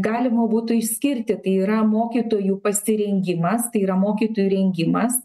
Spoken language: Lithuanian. galima būtų išskirti tai yra mokytojų pasirengimas tai yra mokytojų rengimas